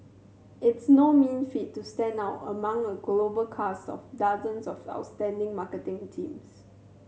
it's no mean feat to stand out among a global cast of dozens of outstanding marketing teams